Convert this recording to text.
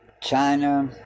China